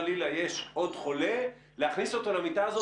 לצערי התקנים של מינהל ומשק במגזר הממשלתי טרם הוקצו.